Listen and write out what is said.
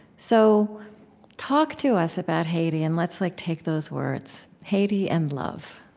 so talk to us about haiti, and let's like take those words haiti and love.